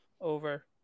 Over